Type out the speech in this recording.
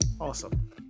awesome